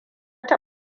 ta